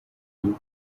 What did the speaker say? you